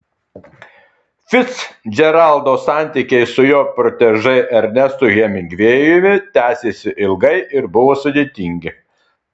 ficdžeraldo santykiai su jo protežė ernestu hemingvėjumi tęsėsi ilgai ir buvo sudėtingi